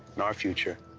and our future.